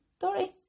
sorry